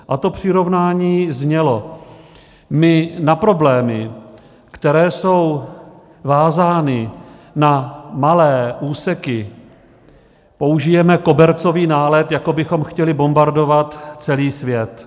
A to přirovnání znělo: My na problémy, které jsou vázány na malé úseky, použijeme kobercový nálet, jako bychom chtěli bombardovat celý svět.